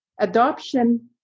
adoption